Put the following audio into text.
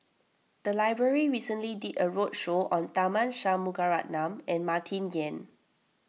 the library recently did a roadshow on Tharman Shanmugaratnam and Martin Yan